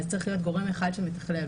אז צריך להיות גורם אחד שמתכלל.